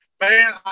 man